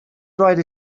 rhaid